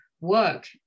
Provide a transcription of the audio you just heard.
work